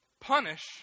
punish